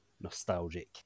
nostalgic